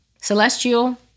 Celestial